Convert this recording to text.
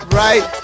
right